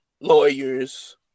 lawyers